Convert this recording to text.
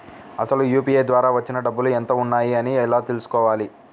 అసలు యూ.పీ.ఐ ద్వార వచ్చిన డబ్బులు ఎంత వున్నాయి అని ఎలా తెలుసుకోవాలి?